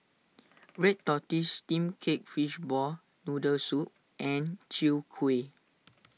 Red Tortoise Steamed Cake Fishball Noodle Soup and Chwee Kueh